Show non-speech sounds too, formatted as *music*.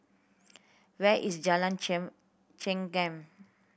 where is Jalan *unintelligible* Chengam